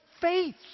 faith